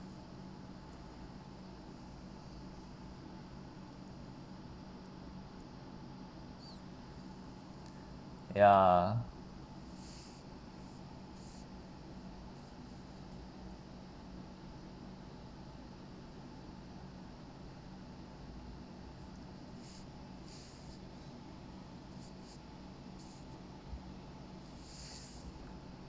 ya